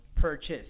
purchase